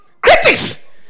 critics